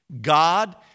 God